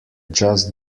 just